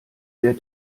der